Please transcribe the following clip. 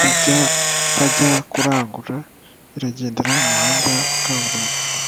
bijya bajya kurangura, iragendera mu muhanda wa kaburimbo.